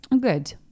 good